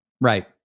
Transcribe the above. Right